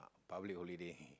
public holiday